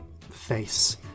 face